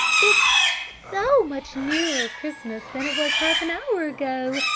it's so much nearer christmas than it was half an hour ago!